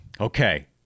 Okay